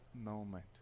moment